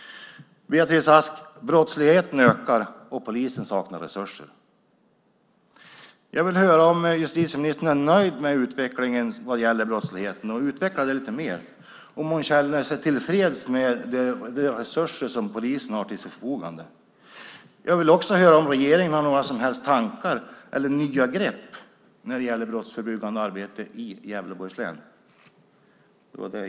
Beatrice Ask, brottsligheten ökar, och polisen saknar resurser. Jag vill höra om justitieministern är nöjd med utvecklingen när det gäller brottsligheten och höra henne utveckla det lite mer. Känner hon sig tillfreds med de resurser som polisen har till sitt förfogande? Jag vill också höra om regeringen har några som helst tankar eller nya grepp när det gäller brottsförebyggande arbete i Gävleborgs län.